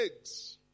eggs